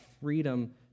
freedom